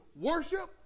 worship